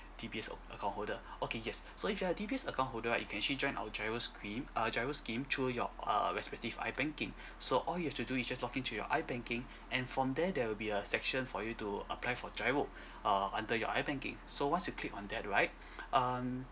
D_B_S ac~ account holder okay yes so if you are D_B_S account holder right you can actually join our GIRO scream uh GIRO scheme through your err respective i banking so all you have to do is just login to your i banking and from there there will be a section for you to apply for GIRO err under your i banking so once you click on that right um